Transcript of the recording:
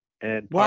And-